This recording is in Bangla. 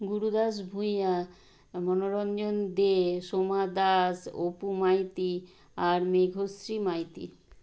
গুরুদাস ভুঁইয়া মনোরঞ্জন দে সোমা দাস অপু মাইতি আর মেঘশ্রী মাইতি